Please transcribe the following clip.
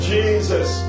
Jesus